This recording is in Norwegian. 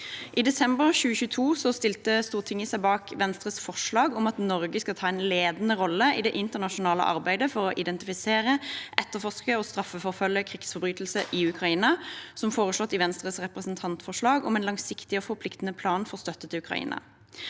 I desember 2022 stilte Stortinget seg bak Venstres forslag om at Norge skal ta en ledende rolle i det internasjonale arbeidet for å identifisere, etterforske og straffeforfølge krigsforbrytelser i Ukraina, som foreslått i Venstres representantforslag om en langsiktig og forpliktende plan for støtte til Ukraina.